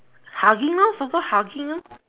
hugging lor so called hugging lor